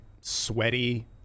sweaty